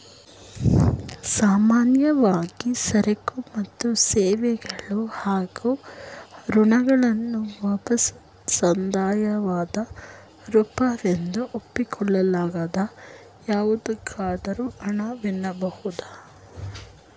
ಸಾಮಾನ್ಯವಾಗಿ ಸರಕು ಮತ್ತು ಸೇವೆಗಳು ಹಾಗೂ ಋಣಗಳ ವಾಪಸಾತಿ ಸಂದಾಯದ ರೂಪವೆಂದು ಒಪ್ಪಿಕೊಳ್ಳಲಾಗದ ಯಾವುದಕ್ಕಾದರೂ ಹಣ ವೆನ್ನಬಹುದು